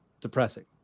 depressing